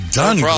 done